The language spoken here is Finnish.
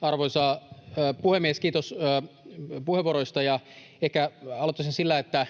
Arvoisa puhemies! Kiitos puheenvuoroista. Ehkä aloittaisin sillä, että